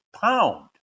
pound